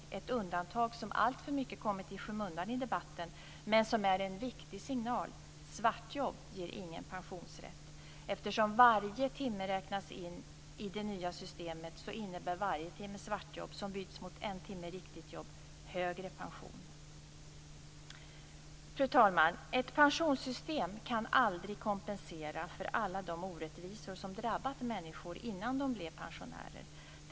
Det är ett undantag som alltför mycket kommit i skymundan i debatten men som är en viktig signal: Svartjobb ger ingen pensionsrätt. Eftersom varje timme räknas in i det nya systemet innebär varje timme svartjobb som byts mot en timme riktigt jobb högre pension. Fru talman! Ett pensionssystem kan aldrig kompensera alla de orättvisor som drabbat människor innan de blev pensionärer.